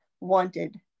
wanted